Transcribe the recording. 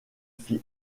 fit